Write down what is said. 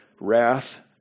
wrath